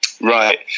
Right